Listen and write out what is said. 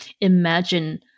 imagine